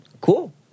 cool